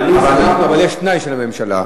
אבל יש תנאי של הממשלה.